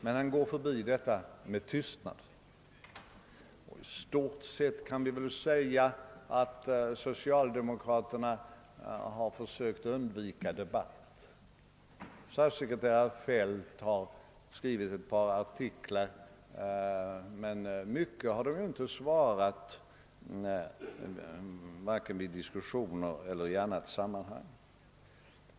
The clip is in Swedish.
Men han går förbi detta med tystnad. I stort sett kan vi säga att socialdemokraterna har försökt undvika debatt. Statssekreterare Feldt har skrivit ett par artiklar, men annars har man inte svarat mycket vare sig i diskussioner eller i andra sammanhang.